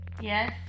Yes